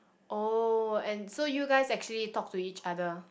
oh and so you guys actually talk to each other